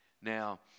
Now